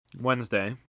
Wednesday